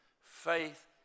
Faith